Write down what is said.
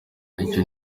icyo